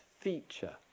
feature